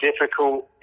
difficult